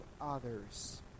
others